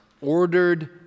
ordered